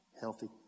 healthy